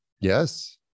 Yes